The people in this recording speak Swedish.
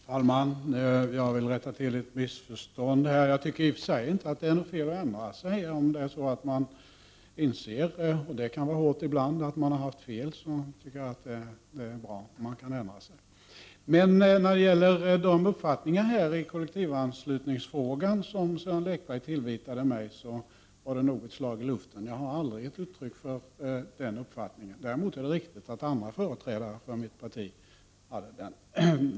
Herr talman! Jag vill rätta till ett missförstånd. Jag tycker i och för sig inte att det är något fel att ändra sig. Om man inser — och det kan vara hårt ibland — att man har haft fel, tycker jag att det är bra om man kan ändra sig. Men de uppfattningar i kollektivanslutningsfrågan som Sören Lekberg tillvitade mig var nog tagna ur luften. Jag har aldrig gett uttryck för den uppfattningen. Däremot är det riktigt att andra företrädare för mitt parti hade den uppfattningen.